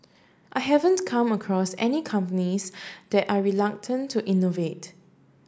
I haven't come across any companies that are reluctant to innovate